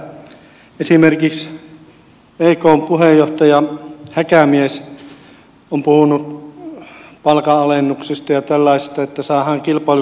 esimerkiksi ekn puheenjohtaja häkämies on puhunut palkanalennuksista ja tällaisista että saadaan kilpailukykyä paremmaksi